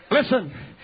Listen